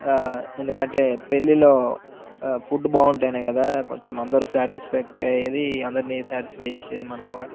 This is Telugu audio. ఎందుకంటే పెళ్లిలో ఫుడ్ బాగుంటేనే కదా కొంచెం అందరూ సాటిస్ఫాక్టరీ అయ్యేది అందరినీ సాటిస్ఫై చేసేది మనం కూడా